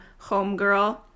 homegirl